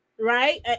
right